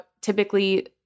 typically